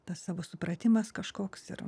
tas savo supratimas kažkoks ir